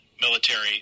military